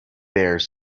there